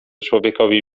człowiekowi